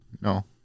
No